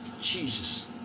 Jesus